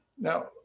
Now